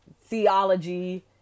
theology